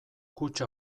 kutxa